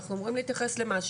אנחנו אמורים להתייחס למשהו,